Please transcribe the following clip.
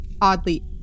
oddly